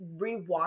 rewatch